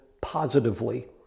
positively